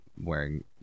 wearing